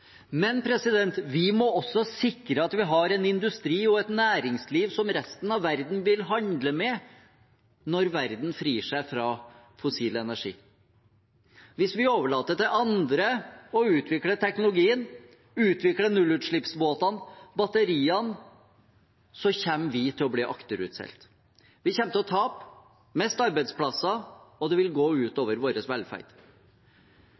men vi må også sikre at vi har en industri og et næringsliv som resten av verden vil handle med når verden frir seg fra fossil energi. Hvis vi overlater til andre å utvikle teknologien, utvikle nullutslippsbåtene, batteriene, kommer vi til å bli akterutseilt. Vi kommer til å tape, til å miste arbeidsplasser, og det vil gå